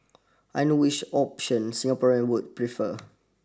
I know which option Singaporeans would prefer